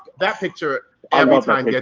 that picture every time yeah